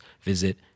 visit